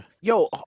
yo